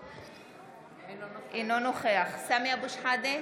אינו נוכח סמי אבו שחאדה,